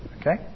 Okay